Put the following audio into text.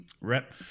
Rep